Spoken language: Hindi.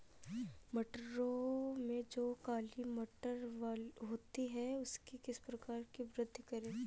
मटरों में जो काली मटर होती है उसकी किस प्रकार से वृद्धि करें?